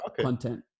content